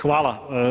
Hvala.